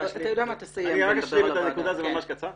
אני רק אשלים את הנקודה, זה ממש קצר.